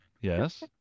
Yes